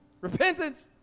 repentance